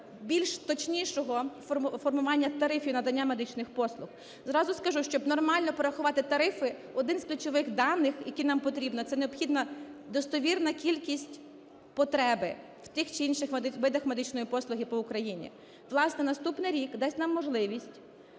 більш точнішого формування тарифів надання медичних послуг. Зразу скажу, щоб нормально порахувати тарифи, один з ключових даних, які нам потрібно, це необхідна достовірна кількість потреби в тих чи інших видах медичної послуги по Україні. Власне, наступний рік дасть нам можливість